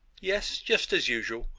yes just as usual.